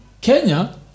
Kenya